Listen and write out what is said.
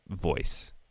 voice